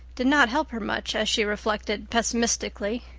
did not help her much, as she reflected pessimistically.